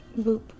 Boop